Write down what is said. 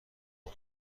اون